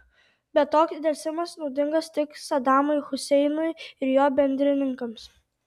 bet koks delsimas naudingas tik sadamui huseinui ir jo bendrininkams